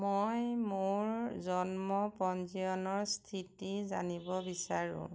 মই মোৰ জন্ম পঞ্জীয়নৰ স্থিতি জানিব বিচাৰোঁ